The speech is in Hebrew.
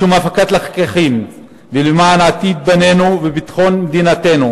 לשם הפקת לקחים ולמען עתיד בנינו וביטחון מדינתנו,